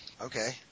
Okay